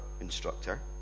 instructor